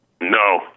No